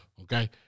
Okay